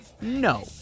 No